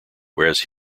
whereas